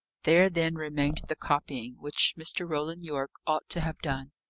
there then remained the copying, which mr. roland yorke ought to have done.